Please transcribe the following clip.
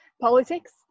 politics